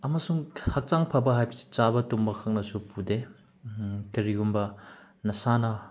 ꯑꯃꯁꯨꯡ ꯍꯛꯆꯥꯡ ꯐꯕ ꯍꯥꯏꯕꯁꯤ ꯆꯥꯕ ꯇꯨꯝꯕ ꯈꯛꯅꯁꯨ ꯄꯨꯗꯦ ꯀꯔꯤꯒꯨꯝꯕ ꯅꯁꯥꯅ